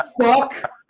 Fuck